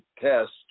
test